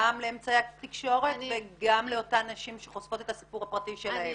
לאמצעי התקשורת וגם לאותן נשים שחושפות את הסיפור הפרטי שלהן.